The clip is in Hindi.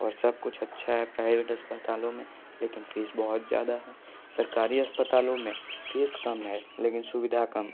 और सब कुछ अच्छा है प्राइवेट अस्पतालों में लेकिन फ़ीस बहुत ज़्यादा है सरकारी अस्पतालों में फ़ीस कम है लेकिन सुविधा कम